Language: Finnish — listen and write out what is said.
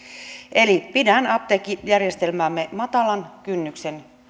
eli pidän apteekkijärjestelmäämme matalan kynnyksen